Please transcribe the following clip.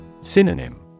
Synonym